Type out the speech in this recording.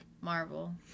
Marvel